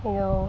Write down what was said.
you know